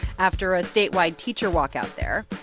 after a statewide teacher walkout there.